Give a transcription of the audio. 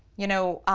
you know,